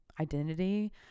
identity